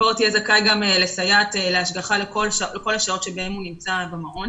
פעוט יהיה זכאי להשגחה של סייעת בכל השעות שבהן הוא נמצא בשעות.